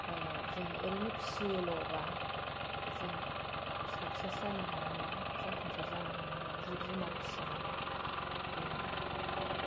जोङो ओरैनो फिसियोल'बा जों साकसेस जानो हानाय नङा जाफुंसार जानो हानाय नङा जिब जुनार फिसिनानै बेनो